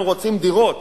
אנחנו רוצים דירות.